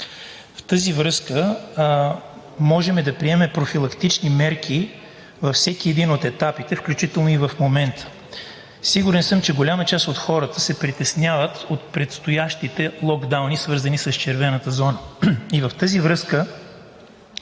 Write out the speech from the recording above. в тази връзка, можем да приемем профилактични мерки във всеки един от етапите, включително и в момента. Сигурен съм, че голяма част от хората се притесняват от предстоящите локдауни, свързани с червената зона, по-голямата